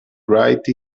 write